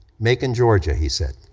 macon, georgia, he said.